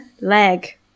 leg